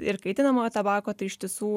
ir kaitinamojo tabako tai iš tiesų